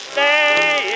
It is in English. Stay